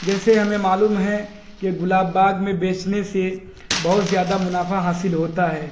جیسے ہمیں معلوم ہے کہ گلاب باغ میں بیچنے سے بہت زیادہ منافع حاصل ہوتا ہے